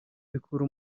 bikura